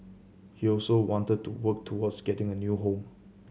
he also wanted to work towards getting a new home